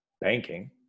banking